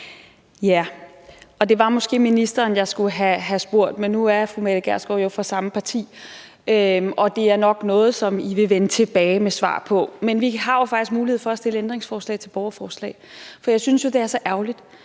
Ja, og det var måske ministeren, jeg skulle have spurgt, men nu er fru Mette Gjerskov jo fra samme parti, og det er nok noget, som I vil vende tilbage med svar på. Men vi har jo faktisk mulighed for at stille ændringsforslag til borgerforslag. For jeg synes jo, det er så ærgerligt,